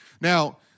Now